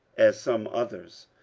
as some others,